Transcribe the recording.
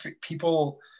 People